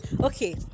Okay